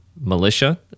militia